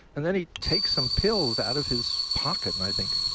and then he takes some pills out of his pocket, and i think